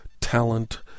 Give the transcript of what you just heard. talent